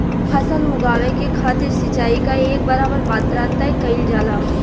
फसल उगावे के खातिर सिचाई क एक बराबर मात्रा तय कइल जाला